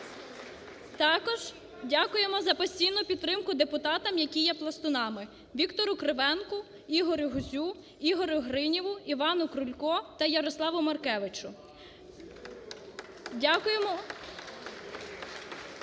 Також дякуємо за постійну підтримку депутатам, які є пластунами: Віктору Кривенку, ІгорюГузю, Ігорю Гриніву, Івану Крульку та Ярославу Маркевичу.